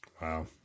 Wow